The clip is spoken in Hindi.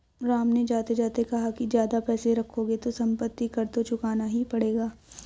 राम ने जाते जाते कहा कि ज्यादा पैसे रखोगे तो सम्पत्ति कर तो चुकाना ही पड़ेगा